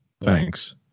Thanks